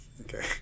Okay